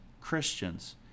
Christians